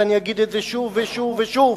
ואני אגיד את זה שוב ושוב ושוב.